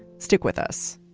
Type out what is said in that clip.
stick with us